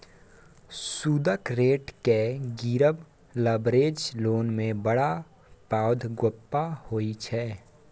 सुदक रेट केँ गिरब लबरेज्ड लोन मे बड़ पैघ गप्प होइ छै